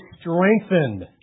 strengthened